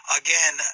again